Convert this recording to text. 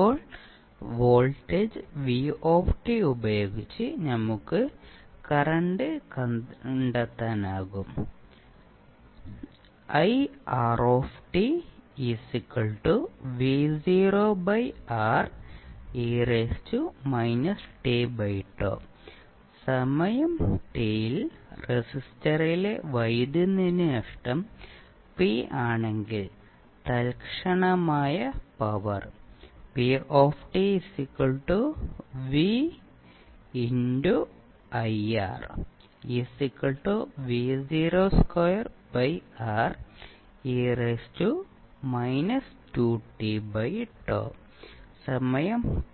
ഇപ്പോൾ voltage v ഉപയോഗിച്ച് നമുക്ക് കറണ്ട് കണ്ടെത്താനാകും സമയം t ൽ റെസിസ്റ്ററിലെ വൈദ്യുതി നഷ്ടം P ആണെങ്കിൽ തൽക്ഷണമായ പവർ സമയം